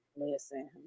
Listen